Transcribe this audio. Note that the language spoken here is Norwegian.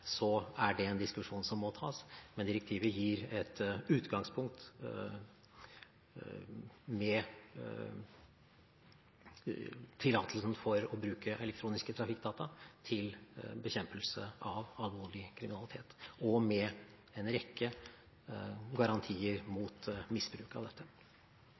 er det en diskusjon som må tas, men direktivet gir et utgangspunkt, med tillatelsen til å bruke elektroniske trafikkdata til bekjempelse av alvorlig kriminalitet og med en rekke garantier mot misbruk av dette.